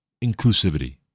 inclusivity